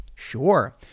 Sure